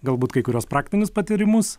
galbūt kai kuriuos praktinius patyrimus